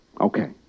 Okay